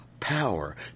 power